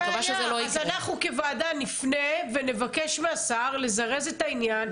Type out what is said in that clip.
אז אנחנו כוועדה נפנה ונבקש מהשר לזרז את העניין,